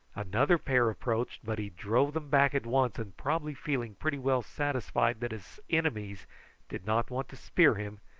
another pair approached, but he drove them back at once, and probably feeling' pretty well satisfied that his enemies did not want to spear him,